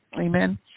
Amen